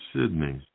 Sydney